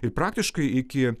ir praktiškai iki